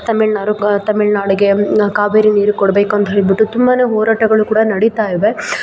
ತಮಿಳ್ನಾಡು ತಮಿಳ್ನಾಡಿಗೆ ಆ ಕಾವೇರಿ ನೀರು ಕೊಡಬೇಕು ಅಂತ ಹೇಳಿಬಿಟ್ಟು ತುಂಬನೇ ಹೋರಾಟಗಳು ಕೂಡ ನಡೀತಾಯಿವೆ